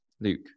Luke